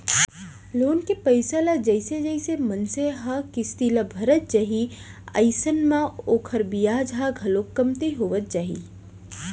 loan के पइसा ल जइसे जइसे मनसे ह किस्ती ल भरत जाही अइसन म ओखर बियाज ह घलोक कमती होवत जाही